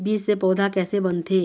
बीज से पौधा कैसे बनथे?